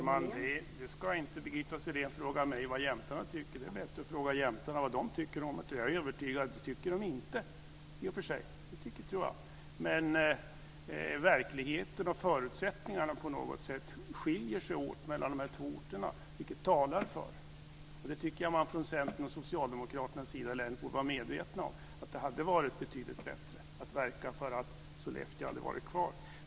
Fru talman! Birgitta Sellén ska inte fråga mig vad jämtarna tycker. Det är bättre att fråga jämtarna vad de tycker om det. Jag är övertygad om att de i och för sig inte tycker det. Men verkligheten och förutsättningarna skiljer sig på något sätt åt mellan dessa två orter, vilket talar för - det tycker jag att man från Socialdemokraternas och Centerns sida borde vara medvetna om - att det hade varit betydligt bättre att verka för att Sollefteå garnison hade fått vara kvar.